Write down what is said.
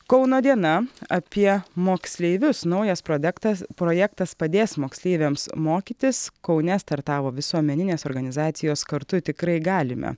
kauno diena apie moksleivius naujas prodektas projektas padės moksleiviams mokytis kaune startavo visuomeninės organizacijos kartu tikrai galime